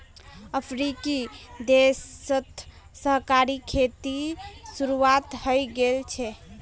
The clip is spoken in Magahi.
अफ्रीकी देश तो सहकारी खेतीर शुरुआत हइ गेल छ